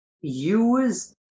use